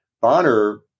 Bonner